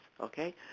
okay